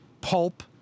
Pulp